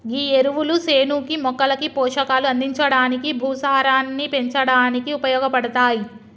గీ ఎరువులు సేనుకి మొక్కలకి పోషకాలు అందించడానికి, భూసారాన్ని పెంచడానికి ఉపయోగపడతాయి